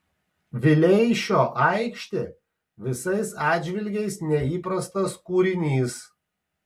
vileišio aikštė visais atžvilgiais neįprastas kūrinys